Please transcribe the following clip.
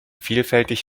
vielfältig